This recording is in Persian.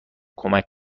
کمک